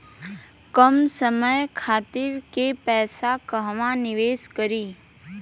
कम समय खातिर के पैसा कहवा निवेश करि?